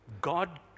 God